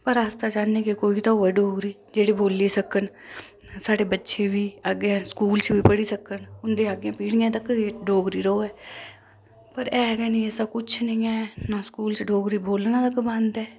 पर अस तां चाहन्ने कोई तां होवे डोगरी जेहड़े बोल्ली सकन स्हाड़े बच्चे बी अग्गै स्कूल च ़पढ़ी सकन उंदे अग्गै पीढ़ियां तकर डोगरी रवै पर ऐ के नी ऐसा कुछ नेई ऐ ना स्कूल च डोगरी बोल्लना तक्क बंद ऐ